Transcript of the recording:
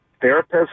therapist